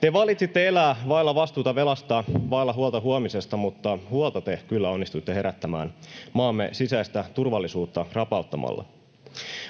Te valitsitte elää vailla vastuuta velasta, vailla huolta huomisesta, mutta huolta te kyllä onnistuitte herättämään maamme sisäistä turvallisuutta rapauttamalla.